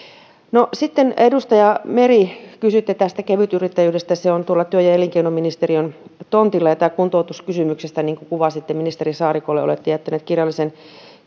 edustaja meri kysyitte kevytyrittäjyydestä ja se on tuolla työ ja ja elinkeinoministeriön tontilla ja tästä kuntoutuskysymyksestä ministeri saarikolle olette jättänyt kirjallisen